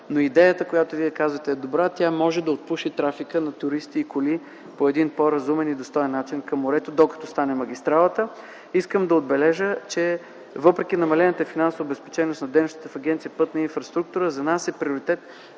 Идеята, която Вие давате, е добра. Тя може да отпуши трафика от туристи и коли по един по-разумен начин към морето, докато стане магистралата. Искам да отбележа, че въпреки намалената финансова обезпеченост на дейностите в Агенция „Пътна инфраструктура” за нас е приоритет